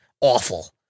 awful